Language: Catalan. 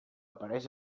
apareix